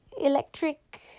electric